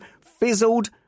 fizzled